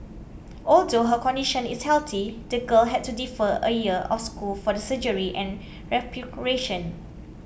although her condition is healthy the girl had to defer a year of school for the surgery and recuperation